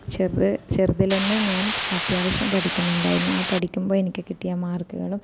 ചെറുത് ചെറുതിൽ തന്നെ ഞാൻ അത്യാവശ്യം പഠിക്കുന്നുണ്ടായിന് ആ പഠിക്കുമ്പം എനിക്ക് കിട്ടിയ മാർക്കുകളും